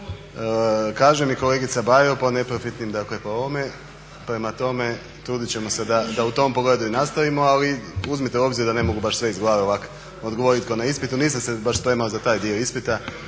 kaže mi kolegica Bajo po neprofitnim, dakle po ovome, prema tome trudit ćemo se da u tom pogledu i nastavimo ali uzmite u obzir da ne mogu baš sve iz glave ovako odgovoriti ko na ispitu. Nisam se baš spremao za taj dio ispita